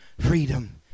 freedom